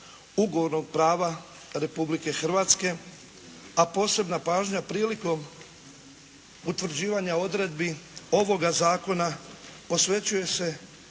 ugovornog prava Republike Hrvatske a posebna pažnja prilikom utvrđivanja odredbi ovoga zakona posvećuje se